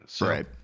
Right